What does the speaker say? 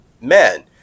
men